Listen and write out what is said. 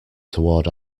toward